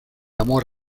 amor